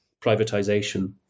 privatization